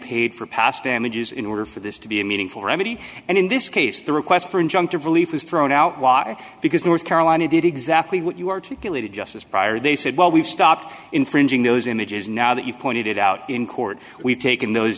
paid for past damages in order for this to be a meaningful remedy and in this case the request for injunctive relief was thrown out why because north carolina did exactly what you were to kill it just as prior they said well we've stopped infringing those images now that you've pointed it out in court we've taken those